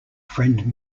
friend